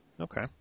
okay